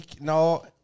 no